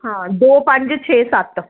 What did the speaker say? ਹਾਂ ਦੋ ਪੰਜ ਛੇ ਸੱਤ